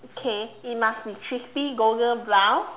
okay it must be crispy golden brown